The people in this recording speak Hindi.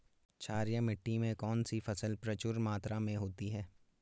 क्षारीय मिट्टी में कौन सी फसल प्रचुर मात्रा में होती है?